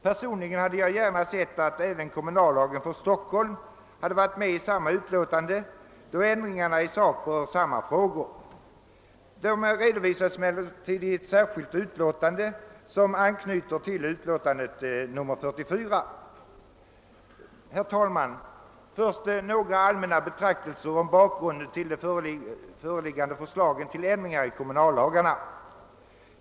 Personligen hade jag gärna sett att även kommunallagen för Stockholm behandlats i samma utlåtande, då ändringarna i sak rör samma frågor. Nu redovisas dessa ändringar emellertid i ett särskilt utlåtande, som anknyter till utlåtandet nr 44. Låt mig först, herr talman, göra några allmänna betraktelser om bakgrunden till de nu föreslagna ändringarna i kommunallagarna.